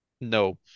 No